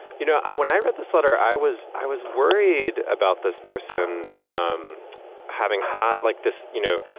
you know, when i wrote this letter, i was i was worried about this person um having had like this. you know,